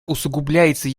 усугубляется